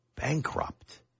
bankrupt